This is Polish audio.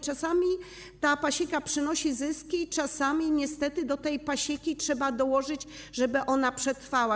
Czasami ta pasieka przynosi zyski, czasami niestety do tej pasieki trzeba dołożyć, żeby ona przetrwała.